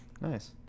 Nice